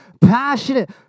passionate